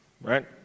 right